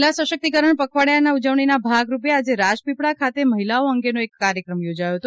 મહિલા સશક્તિકરણ પખવાડિયા ઉજવણીના ભાગરૂપે આજે રાજપીપળા ખાતે મહિલાઓ અંગેનો એક કાર્યક્રમ યોજાયો હતો